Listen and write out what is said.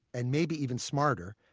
and maybe even smarter,